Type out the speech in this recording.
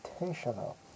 intentional